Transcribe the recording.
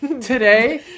Today